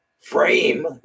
frame